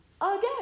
again